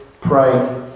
pray